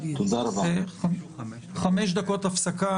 הישיבה ננעלה בשעה 12:15.